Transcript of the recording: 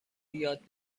یاد